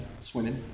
swimming